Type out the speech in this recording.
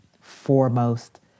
foremost